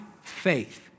faith